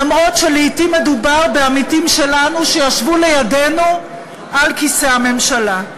למרות שלעתים מדובר בעמיתים שלנו שישבו לידנו על כיסא הממשלה.